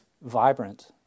vibrant